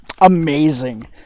amazing